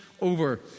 over